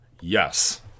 yes